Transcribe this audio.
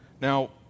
Now